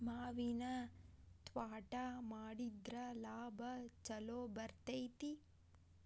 ಮಾವಿನ ತ್ವಾಟಾ ಮಾಡಿದ್ರ ಲಾಭಾ ಛಲೋ ಬರ್ತೈತಿ